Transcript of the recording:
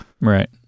right